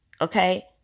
okay